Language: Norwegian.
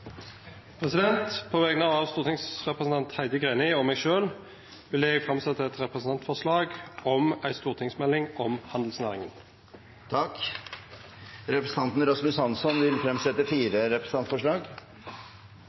På vegner av stortingsrepresentantane Heidi Greni og meg sjølv vil eg setja fram eit representantforslag om ei stortingsmelding om handelsnæringa. Representanten Rasmus Hansson vil fremsette